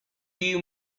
you